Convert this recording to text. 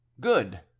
Good